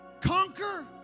conquer